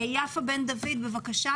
יפה בן דוד, בבקשה.